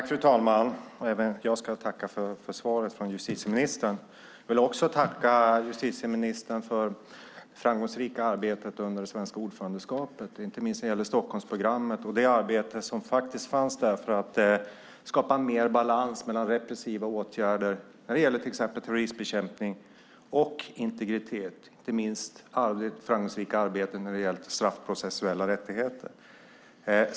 Fru talman! Även jag ska tacka för svaret från justitieministern. Jag vill också tacka ministern för det framgångsrika arbetet under det svenska ordförandeskapet, inte minst när det gäller Stockholmsprogrammet och arbetet för att skapa mer balans mellan repressiva åtgärder när det gäller exempelvis terroristbekämpning och integritet och även det framgångsrika arbetet i fråga om straffprocessuella rättigheter.